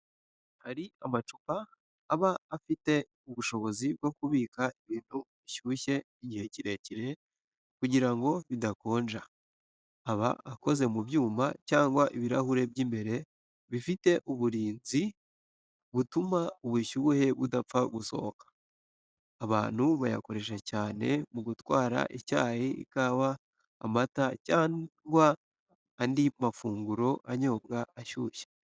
Hari amacupa aba afite ubushobozi bwo kubika ibintu bishyushye igihe kirekire kugira ngo bidakonja. Aba akoze mu byuma, cyangwa ibirahuri by'imbere bifite uburinzi butuma ubushyuhe budapfa gusohoka. Abantu bayakoresha cyane mu gutwara icyayi, ikawa, amata cyangwa andi mafunguro anyobwa ashyushye.